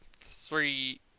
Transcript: three